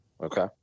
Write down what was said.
Okay